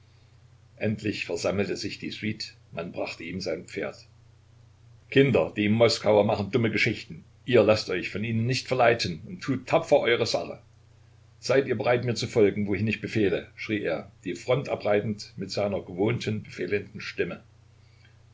endlich versammelte sich die suite man brachte ihm sein pferd kinder die moskauer machen dumme geschichten ihr laßt euch von ihnen nicht verleiten und tut tapfer eure sache seid ihr bereit mir zu folgen wohin ich befehle schrie er die front abreitend mit seiner gewohnten befehlenden stimme